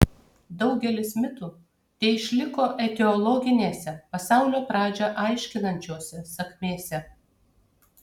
daugelis mitų teišliko etiologinėse pasaulio pradžią aiškinančiose sakmėse